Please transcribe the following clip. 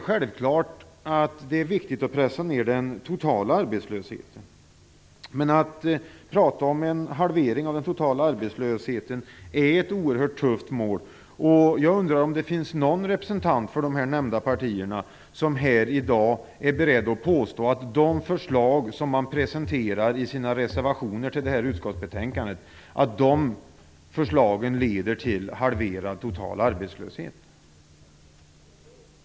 Självfallet är det viktigt att pressa ned den totala arbetslösheten, men en halvering av den totala arbetslösheten är ett oerhört tufft mål. Jag undrar om det finns någon representant för de här nämnda partierna som här i dag är beredd att påstå att de förslag som man presenterar i sina reservationer till utskottsbetänkandet leder till halverad total arbetslöshet.